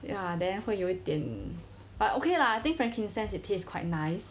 ya then 会有一点 but okay lah I think frankincense it taste quite nice